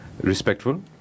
Respectful